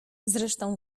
zresztą